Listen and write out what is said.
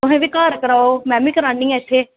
तुस बी घर कराओ ते में करानी आं इत्थें